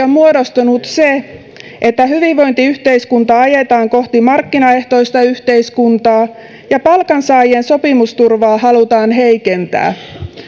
on muodostunut se että hyvinvointiyhteiskunta ajetaan kohti markkinaehtoista yhteiskuntaa ja palkansaajien sopimusturvaa halutaan heikentää